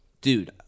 dude